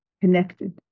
connected